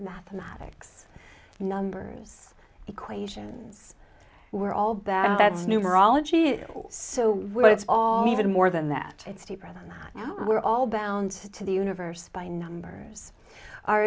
mathematics numbers equations were all that that's numerology is so what it's all even more than that it's deeper than that we're all bound to the universe by numbers our